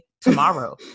tomorrow